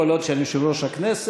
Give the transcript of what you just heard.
כל עוד אני יושב-ראש הכנסת,